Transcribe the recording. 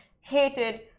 hated